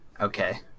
okay